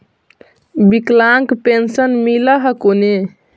विकलांग पेन्शन मिल हको ने?